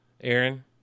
Aaron